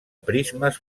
prismes